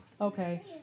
Okay